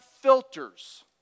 filters